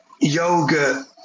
yoga